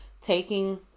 taking